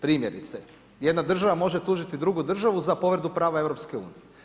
Primjerice jedna država može tužiti drugu državu za povredu prava EU.